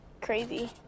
crazy